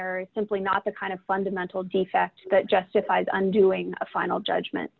is simply not the kind of fundamental defect that justifies on doing a final judgment